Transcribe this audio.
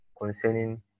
concerning